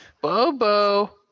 Bobo